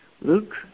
Luke